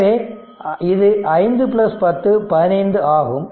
எனவே இது 5 10 15 ஆகும்